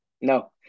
No